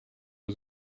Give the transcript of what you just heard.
was